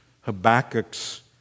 Habakkuk's